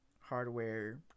hardware